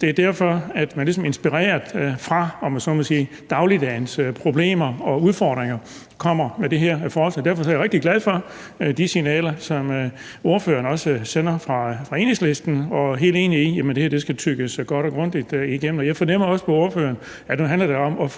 Det er derfor, at man ligesom inspireret af dagligdagens problemer og udfordringer kommer med det her forslag. Derfor er jeg rigtig glad for de signaler, som ordføreren også sender fra Enhedslisten, og jeg er helt enig i, at det her skal tygges godt og grundigt igennem. Jeg fornemmer også på ordføreren, at det nu handler om